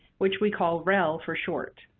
which we call rel for short.